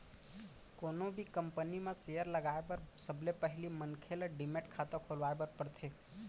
कोनो भी कंपनी म सेयर लगाए बर सबले पहिली मनखे ल डीमैट खाता खोलवाए बर परथे